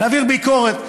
להעביר ביקורת,